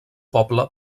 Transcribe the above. poble